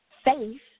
faith